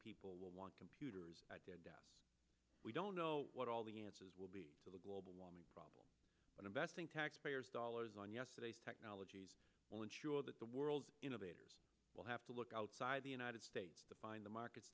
people will want computers we don't know what all the answers will be to the global warming problem but investing taxpayers dollars on yesterday's technologies will ensure that the world's innovators will have to look outside the united states to find the market